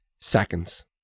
Seconds